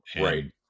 Right